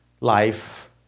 life